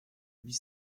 huit